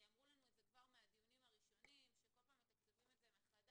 אמרו לנו את זה כבר מהדיונים הראשונים כאשר כל פעם מתקצבים את זה מחדש.